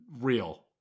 Real